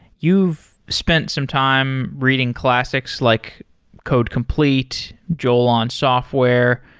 you've spent some time reading classics like code complete, joel on software,